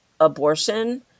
abortion